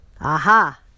Aha